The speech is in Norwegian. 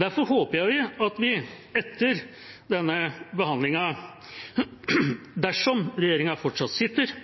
Derfor håper jeg at etter denne behandlingen – dersom regjeringa fortsatt sitter